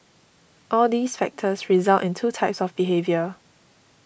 all these factors result in two types of behaviour